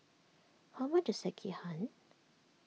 how much is Sekihan